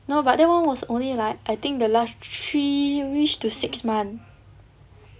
no but that [one] was only like I think the last three-ish to six month